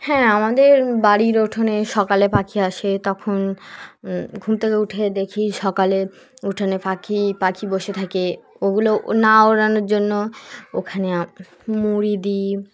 হ্যাঁ আমাদের বাড়ির উঠোনে সকালে পাখি আসে তখন ঘুম থেকে উঠে দেখি সকালে উঠোনে পাখি পাখি বসে থাকে ওগুলো না ওড়ানোর জন্য ওখানে মুড়ি দিই